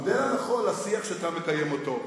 אם רוצים, המודל הנכון לשיח שאתה מקיים אותו.